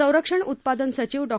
संरक्षण उत्पादन सचिव डॉ